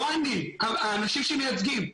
לא אני, אלא האנשים שמייצגים.